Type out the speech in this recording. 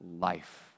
life